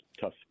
tough